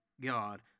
God